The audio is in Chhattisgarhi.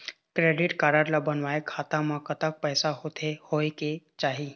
क्रेडिट कारड ला बनवाए खाता मा कतक पैसा होथे होएक चाही?